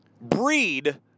breed